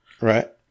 Right